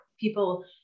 People